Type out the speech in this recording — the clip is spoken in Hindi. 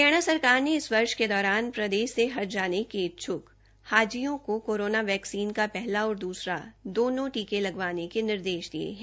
हरियाणा सरकार ने इस वर्ष के दौरान प्रदेश से हज जाने के इच्छ्क हाजियों को कोरोना वैक्सीन का पहला और दूसरा दोनों टीके लगवाने के निर्देश दिए हैं